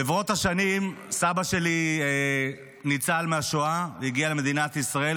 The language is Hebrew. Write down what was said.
ברבות השנים סבא שלי ניצל מהשואה והגיע למדינת ישראל,